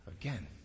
again